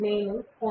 నేను 0